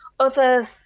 others